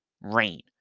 rain